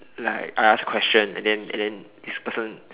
like I ask questions and then and then this person